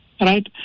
right